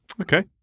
okay